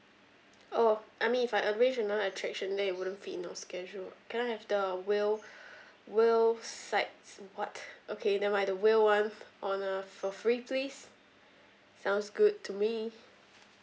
oh I mean if I arrange another attraction then it wouldn't fit into our schedule can I have the whale whale sights what okay never mind the whale one on uh for free please sounds good to me